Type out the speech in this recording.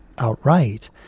outright